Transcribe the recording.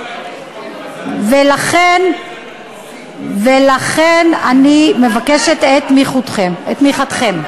ולכן אני מבקשת את תמיכתכם.